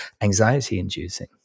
anxiety-inducing